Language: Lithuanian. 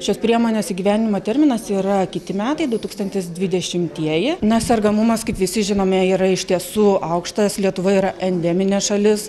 šios priemonės įgyvendinimo terminas yra kiti metai du tūkstantis dvidešimtieji nes sergamumas kaip visi žinome yra iš tiesų aukštas lietuva yra endeminė šalis